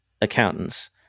accountants